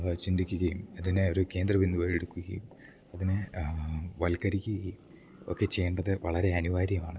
ചിന്തിക്ക്കേം ഇതിനേ ഒരു കേന്ദ്രബിന്ദുവായെട്ക്കുകയും അതിനേ വൽക്കരിക്ക്കേം ഒക്കെ ചെയ്യേണ്ടത് വളരെ അനിവാര്യവാണ്